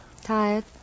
Tired